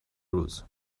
روز